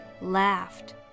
laughed